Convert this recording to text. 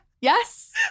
Yes